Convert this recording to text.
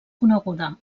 coneguda